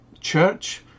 church